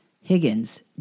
Higgins